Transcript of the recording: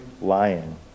lion